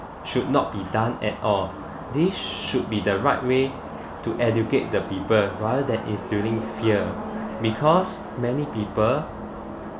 should not be done at all this should be the right way to educate the people rather than instilling fear because many people